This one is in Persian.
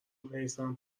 میثم